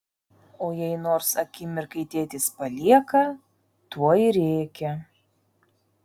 o jei nors akimirkai tėtis palieka tuoj rėkia